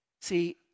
See